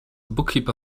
bookkeeper